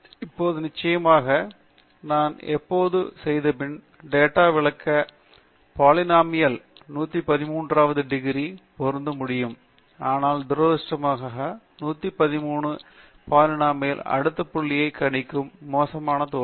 இப்போது நிச்சயமாக நான் எப்போதும் செய்தபின் டேட்டா விளக்க ஒரு போலினோமில் 113வது டிகிரி பொருந்தும் முடியும் ஆனால் துரதிருஷ்டவசமாக 113 வது போலினோமில் அடுத்த புள்ளியை கணிக்கும் மோசமாக தோல்வி